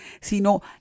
sino